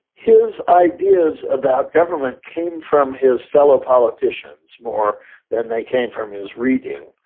his ideas about government came from his fellow politicians more than they came from his reading,